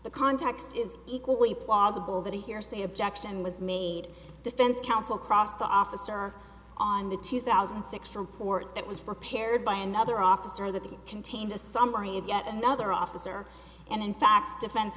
the context is equally plausible that hearsay objection was made defense counsel cross the officer on the two thousand and six report that was prepared by another officer that contained a summary of yet another officer and in fact defense